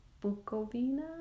Bukovina